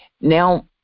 Now